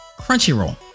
crunchyroll